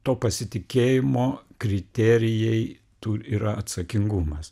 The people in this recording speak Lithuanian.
to pasitikėjimo kriterijai tu yra atsakingumas